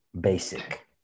basic